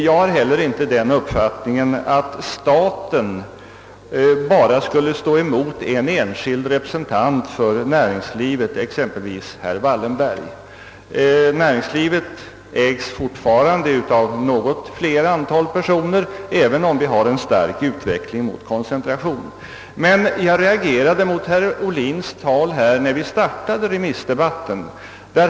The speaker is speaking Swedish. Jag har heller inte den uppfattningen att staten bara skulle stå emot en enda enskild representant för näringslivet, exempelvis herr Wallenberg. Näringslivet ägs fortfarande av något fler personer, även om vi har en stark utveckling mot koncentration. Jag reagerade emellertid mot herr Ohblins tal när vi startade remissdebatten.